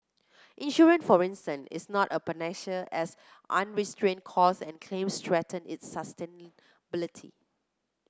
insurance for instance is not a panacea as unrestrained costs and claims threaten its sustainability